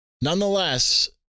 Nonetheless